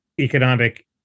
economic